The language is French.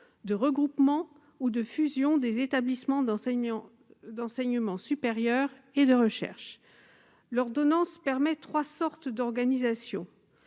de regroupement ou de fusion des établissements d'enseignement supérieur et de recherche. Cette ordonnance permet trois types d'organisation.